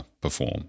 perform